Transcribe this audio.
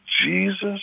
Jesus